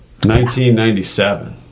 1997